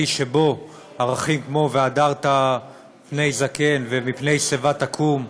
שבו ערכים כמו והדרת פני זקן ומפני שיבה תקום,